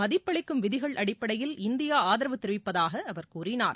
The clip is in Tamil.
மதிப்பளிக்கும் விதிகள் அடிப்படையில் இந்தியா ஆதரவு தெரிவிப்பதாக அவர் கூறினார்